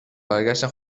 برگشتن